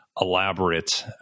elaborate